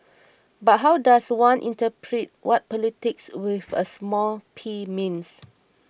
but how does one interpret what politics with a small P means